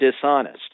dishonest